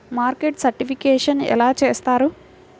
Market certification ఎలా చేస్తారు?